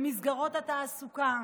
במסגרות התעסוקה,